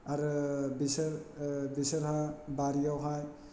आरो बिसोर बिसोरहा बारियावहाय